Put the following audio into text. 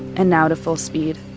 and now to full speed.